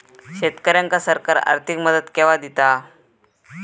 शेतकऱ्यांका सरकार आर्थिक मदत केवा दिता?